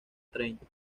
treinta